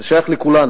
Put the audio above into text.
זה שייך לכולנו,